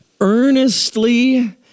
earnestly